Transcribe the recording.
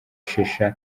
shisha